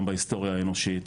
גם בהיסטוריה האנושית,